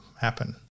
happen